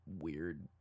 weird